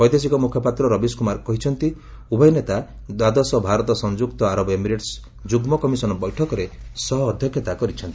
ବୈଦେଶିକ ମୁଖପାତ୍ର ରବୀଶ୍ କୁମାର କହିଛନ୍ତି ଉଭୟ ନେତା ଦ୍ୱାଦଶ ଭାରତ ସଂଯୁକ୍ତ ଆରବ ଏମିରେଟ୍ସ୍ ଯୁଗ୍ମ କମିଶନ ବୈଠକରେ ସହ ଅଧ୍ୟକ୍ଷତା କରିଛନ୍ତି